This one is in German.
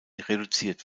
reduziert